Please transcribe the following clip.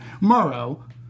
Murrow